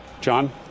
John